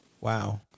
Wow